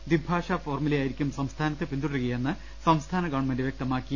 ദ്വിഭാഷ ഫോർമുലയായിരിക്കും സംസ്ഥാനത്ത് പിന്തുടരുകയെന്ന് സംസ്ഥാന ഗവൺമെന്റ് വ്യക്തമാക്കി